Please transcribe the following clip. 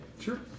Sure